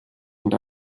und